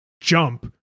jump